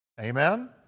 Amen